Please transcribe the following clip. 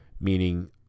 meaning